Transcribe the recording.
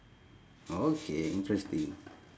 okay interesting